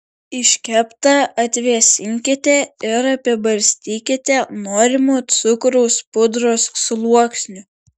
iškeptą atvėsinkite ir apibarstykite norimu cukraus pudros sluoksniu